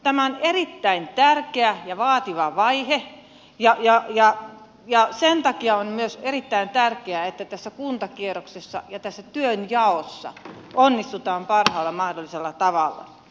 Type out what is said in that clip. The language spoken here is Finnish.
tämä on erittäin tärkeä ja vaativa vaihe ja sen takia on myös erittäin tärkeää että tässä kuntakierroksessa ja tässä työnjaossa onnistutaan parhaalla mahdollisella tavalla